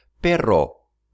perro